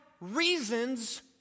reasons